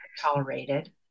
tolerated